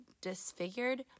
disfigured